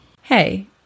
Hey